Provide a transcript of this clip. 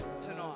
tonight